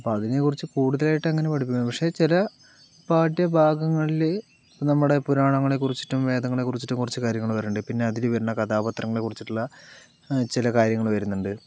അപ്പൊ അതിനെക്കുറിച്ച് കൂടുതലായിട്ട് അങ്ങനെ പഠിപ്പിക്കു പക്ഷെ ചില പാഠ്യഭാഗങ്ങളില് നമ്മുടെ പുരാണങ്ങളെക്കുറിച്ചിട്ടും വേദങ്ങളെക്കുറിച്ചിട്ടും കുറച്ചു കാര്യങ്ങൾ പറയുന്നുണ്ട് പിന്നെ അതിൽ വരുന്ന കഥാപാത്രങ്ങളെ കുറിച്ചിട്ടുള്ള ചില കാര്യങ്ങൾ വരുന്നുണ്ട്